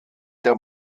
der